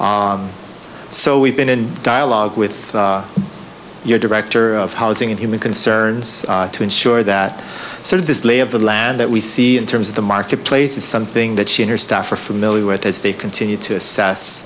borrower so we've been in dialogue with your director of housing and human concerns to ensure that sort of this lay of the land that we see in terms of the marketplace is something that she and her staff are familiar with as they continue to assess